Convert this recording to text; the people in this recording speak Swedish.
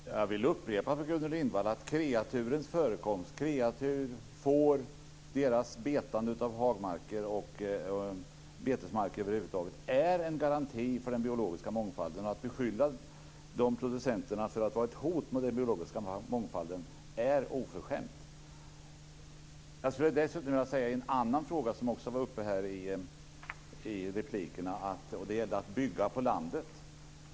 Fru talman! Jag vill upprepa för Gudrun Lindvall att kreaturens förekomst och betande på hagmarker och betesmarker över huvud taget är en garanti för den biologiska mångfalden. Att beskylla dessa producenter för att utgöra ett hot mot den biologiska mångfalden är oförskämt. Jag vill också ta upp en annan fråga som har varit uppe här, och det gäller detta med att bygga på landet.